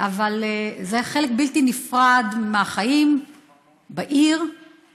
זה היה חלק בלתי נפרד מהחיים בעיר,